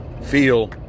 feel